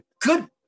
good